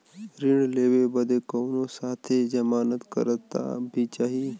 ऋण लेवे बदे कउनो साथे जमानत करता भी चहिए?